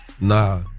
nah